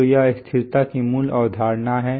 तो यह स्थिरता की मूल अवधारणा है